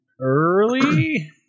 early